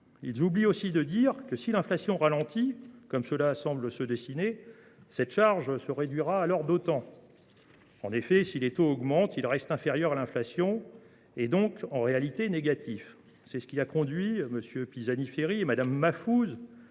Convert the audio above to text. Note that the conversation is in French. Ils oublient aussi de dire que, si l’inflation ralentit – cela semble se dessiner –, cette charge se réduira alors d’autant. En effet, si les taux augmentent, ils restent inférieurs à l’inflation et sont donc, en réalité, négatifs. Ces considérations ont conduit M. Pisani Ferry et Mme Mahfouz